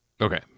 Okay